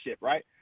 right